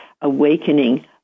awakening